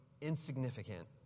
insignificant